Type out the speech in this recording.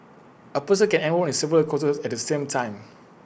A person can enrol in several courses at the same time